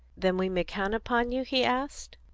then we may count upon you? he asked.